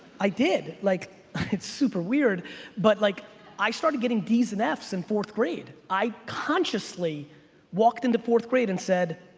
i did. like it's super weird but like i started getting d's and f's in fourth grade. i consciously walked into fourth grade and said,